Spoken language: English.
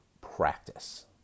practice